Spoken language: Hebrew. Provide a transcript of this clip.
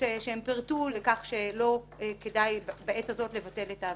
שהם פירטו לכך שלא כדאי בעת הזאת לבטל את העבירה.